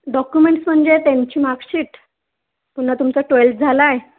documents म्हणजे त्यांची marksheet पुन्हा तुमचं ट्वेल्थ झालं आहे